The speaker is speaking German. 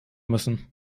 müssen